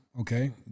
okay